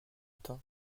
temps